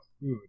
food